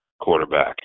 quarterback